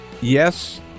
Yes